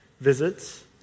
visits